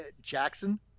Jackson